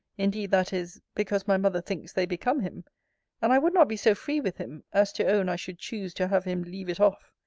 indeed, that is, because my mother thinks they become him and i would not be so free with him, as to own i should choose to have him leave it off.